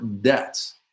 debts